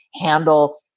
handle